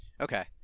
Okay